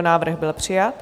Návrh byl přijat.